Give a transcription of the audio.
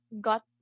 got